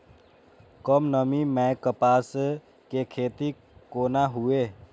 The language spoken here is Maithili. कम नमी मैं कपास के खेती कोना हुऐ?